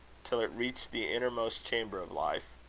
till it reached the innermost chamber of life.